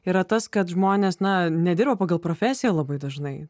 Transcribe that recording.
yra tas kad žmonės na nedirba pagal profesiją labai dažnai